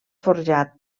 forjat